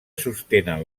sostenen